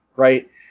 Right